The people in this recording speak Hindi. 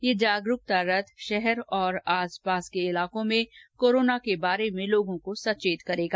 ये जागरुकता रथ शहर और आस पास के क्षेत्रों में कोरोना के बारे में लोगों को सचेत करेंगा